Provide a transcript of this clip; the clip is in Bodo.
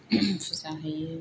फुजा होयो